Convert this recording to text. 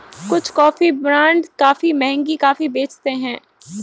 कुछ coffee brand काफी महंगी कॉफी बेचते हैं